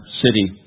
city